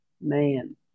man